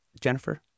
Jennifer